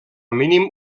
mínim